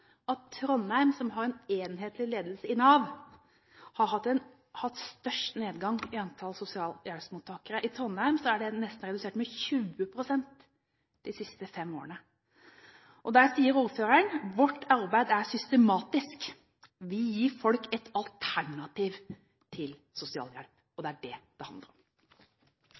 at Trondheim, som har en enhetlig ledelse i Nav, har hatt størst nedgang i antall sosialhjelpsmottakere. I Trondheim er det nesten redusert med 20 pst. de siste fem årene. Der sier ordføreren: Vårt arbeid er systematisk. Vi gir folk et alternativ til sosialhjelp. Og det er det det handler om.